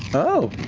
oh.